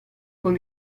con